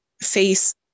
face